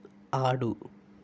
ఆడు